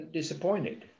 disappointed